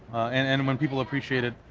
and and when people appreciate it,